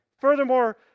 Furthermore